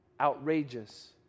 outrageous